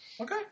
Okay